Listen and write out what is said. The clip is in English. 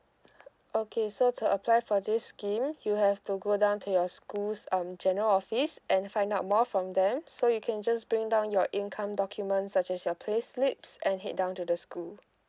okay so to apply for this scheme you have to go down to your schools um general office and find out more from them so you can just bring down your income documents such as your payslips and head down to the school